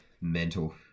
Mental